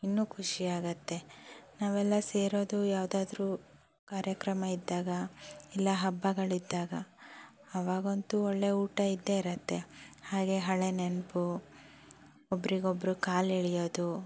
ಇನ್ನೂ ಖುಷಿಯಾಗತ್ತೆ ನಾವೆಲ್ಲ ಸೇರೋದು ಯಾವ್ದಾದ್ರೂ ಕಾರ್ಯಕ್ರಮ ಇದ್ದಾಗ ಇಲ್ಲಾ ಹಬ್ಬಗಳಿದ್ದಾಗ ಆವಾಗಂತೂ ಒಳ್ಳೆ ಊಟ ಇದ್ದೇ ಇರತ್ತೆ ಹಾಗೆ ಹಳೆ ನೆನಪು ಒಬ್ಬರಿಗೊಬ್ರು ಕಾಲು ಎಳೆಯೋದು